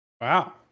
Wow